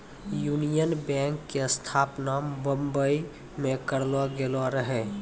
union bank के स्थापना बंबई मे करलो गेलो रहै